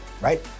right